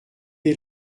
est